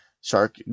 Shark